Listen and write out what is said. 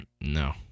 No